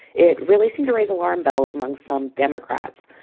it really seemed to raise alarm bells among some democrats.